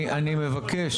אני מבקש.